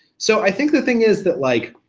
so i think the thing is that like